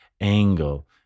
Angle